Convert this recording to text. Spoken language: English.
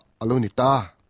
alunita